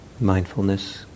mindfulness